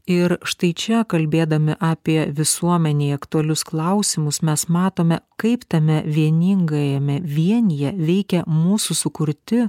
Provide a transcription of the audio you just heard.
ir štai čia kalbėdami apie visuomenei aktualius klausimus mes matome kaip tame vieningajame vienyje veikia mūsų sukurti